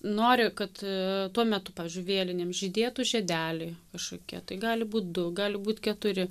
nori kad tuo metu pavyzdžiui vėlinėm žydėtų žiedeliai kažkokie tai gali būt du gali būt keturi